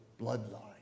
bloodline